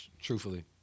Truthfully